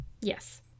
Yes